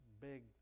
big